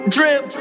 Drip